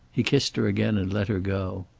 he kissed her again and let her go.